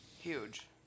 Huge